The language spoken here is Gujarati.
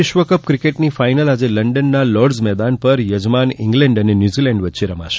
વિશ્વકપ ક્રિકેટની ફાઇનલ આજે લંડનના લોર્ડજના મેદાન પર યજમાન ઇંગ્લેન્ડ અને ન્યુઝીલેન્ડ વચ્ચે રમાશે